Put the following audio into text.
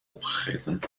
opgegeten